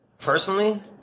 Personally